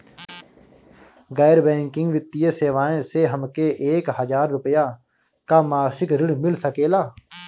गैर बैंकिंग वित्तीय सेवाएं से हमके एक हज़ार रुपया क मासिक ऋण मिल सकेला?